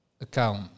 account